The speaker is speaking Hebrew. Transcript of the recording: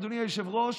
אדוני היושב-ראש,